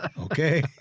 Okay